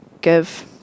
give